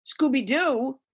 Scooby-Doo